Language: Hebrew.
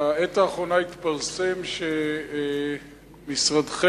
בעת האחרונה התפרסם שמשרדכם